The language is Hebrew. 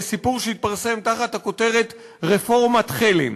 סיפור שהתפרסם תחת הכותרת: רפורמת חלם.